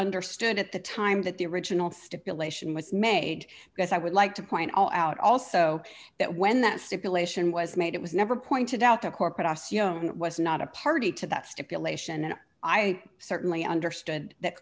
understood at the time that the original stipulation was made because i would like to point out also that when that stipulation was made it was never pointed out to corporate assume it was not a party to that stipulation and i certainly understood that